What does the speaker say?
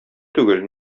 түгел